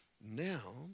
Now